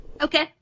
Okay